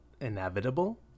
inevitable